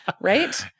Right